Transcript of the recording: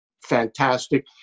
fantastic